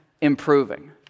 improving